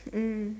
mm